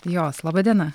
jos laba diena